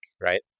right